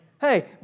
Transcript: Hey